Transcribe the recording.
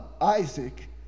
Isaac